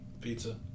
Pizza